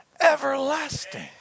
Everlasting